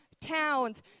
towns